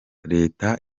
reta